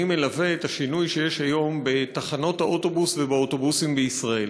אני מלווה את השינוי שיש היום בתחנות האוטובוס ובאוטובוסים בישראל.